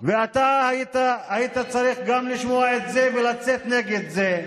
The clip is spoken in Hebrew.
וגם אתה היית צריך לשמוע את זה ולצאת נגד זה.